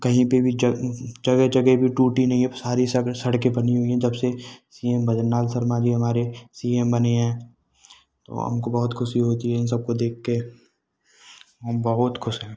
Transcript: कहीं पर भी जगह जगह भी टूटी नहीं है अब सारी सड़के बनी हुई हैं जबसे सी एम भजनलाल शर्मा जी हमारे सी एम बने हैं तो हमको बहुत ख़ुशी होती है इन सबको देखकर हम बहुत ख़ुश हैं